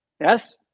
Yes